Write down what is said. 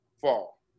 fall